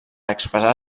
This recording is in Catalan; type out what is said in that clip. expressar